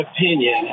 opinion